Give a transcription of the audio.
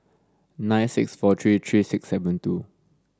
nine six four three three six seven two